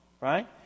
right